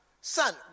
Son